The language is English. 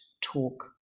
talk